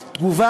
ביטחון.